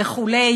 וכו'